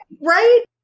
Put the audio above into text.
right